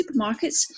supermarkets